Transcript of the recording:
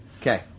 Okay